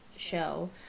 show